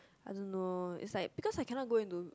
I don't know is like because I cannot go and do